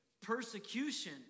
persecution